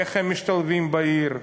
איך הם משתלבים בעיר,